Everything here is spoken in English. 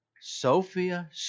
Sophia